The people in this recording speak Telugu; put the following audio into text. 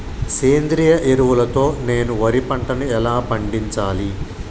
సేంద్రీయ ఎరువుల తో నేను వరి పంటను ఎలా పండించాలి?